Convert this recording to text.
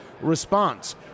response